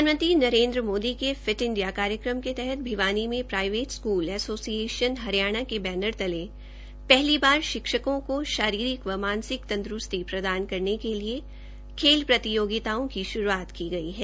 प्रधानमंत्री नरेन्द्र मोदी के fit India कार्यक्रम के तहत भिवानी के प्राईवेट स्कूल ऐसोसिएशन हरियाणा के बैनर तले पहली बार शिक्षकों को शारीरिक व मानसिक तंदरूस्ती प्रदान करने के लिए खेल प्रतियोगिताओं की श्रूआता की गई है